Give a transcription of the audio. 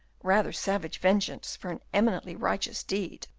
rather savage vengeance for an eminently righteous deed,